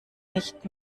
nicht